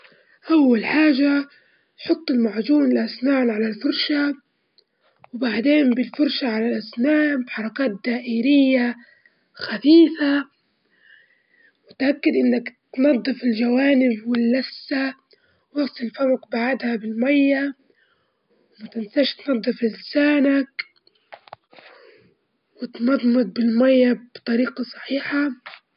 أول حاجة انحط الماية في الغلاية ونخليها تغلي بعدين نحط معلجة من البن المطحون في الفنجان ونصب المي المغلي فوج البن ونخليه ينجع لمدة دقيقة، بعدين نحطوا سكر حسب الرغبة ونقلبوه وبعدين نشربوه.